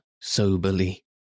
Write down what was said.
soberly